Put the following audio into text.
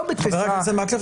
לא בתפיסה --- חה"כ מקלב,